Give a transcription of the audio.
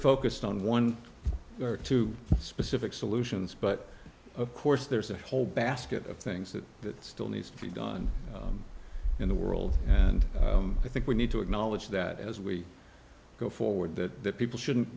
focused on one or two specific solutions but of course there's a whole basket of things that still needs to be done in the world and i think we need to acknowledge that as we go forward that people shouldn't